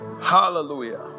hallelujah